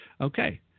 Okay